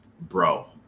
Bro